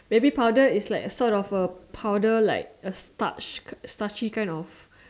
baby powder is like sort of a powder like a starch starchy kind of